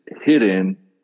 hidden